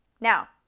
Now